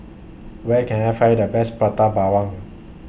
Where Can I Find The Best Prata Bawang